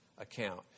account